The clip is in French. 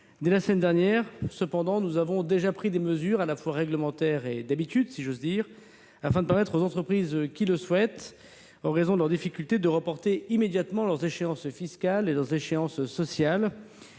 Dès la semaine dernière, nous avons pris des mesures à la fois réglementaires et « d'habitude », afin de permettre aux entreprises qui le souhaitent, en raison de leurs difficultés, de reporter immédiatement leurs échéances fiscales et sociales